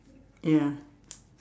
ya